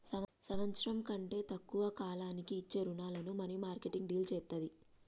సంవత్సరం కంటే తక్కువ కాలానికి ఇచ్చే రుణాలను మనీమార్కెట్ డీల్ చేత్తది